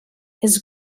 his